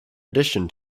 addition